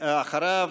אחריו,